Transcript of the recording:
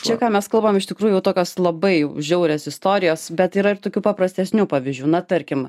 čia ką mes kalbam iš tikrųjų jau tokios labai jau žiaurios istorijos bet yra ir tokių paprastesnių pavyzdžių na tarkim